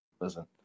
listen